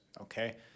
Okay